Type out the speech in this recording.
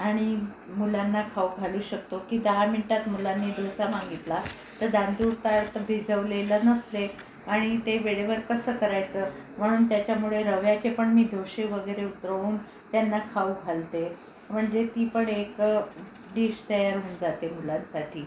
आणि मुलांना खाऊ घालू शकतो की दहा मिनिटात मुलांनी डोसा मागितला तर तांदुळ काय तर भिजवलेलं नसते आणि ते वेळेवर कसं करायचं म्हणून त्याच्यामुळे रव्याचेपण मी डोसे वगैरे उतरवून त्यांना खाऊ घालते म्हणजे ती पण एक डिश तयार होऊन जाते मुलांसाठी